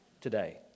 today